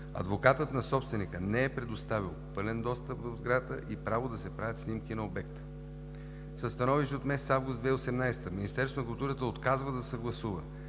Адвокатът на собственика не е предоставил пълен достъп до сградата и право да се правят снимки на обекта. Със становище от месец август 2018 г. Министерството на културата отказва да съгласува